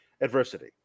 Adversity